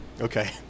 okay